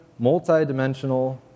multidimensional